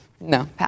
no